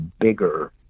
bigger